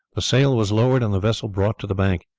the sail was lowered and the vessel brought to the bank.